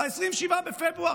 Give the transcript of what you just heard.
ל-27 בפברואר,